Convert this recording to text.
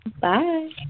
Bye